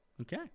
okay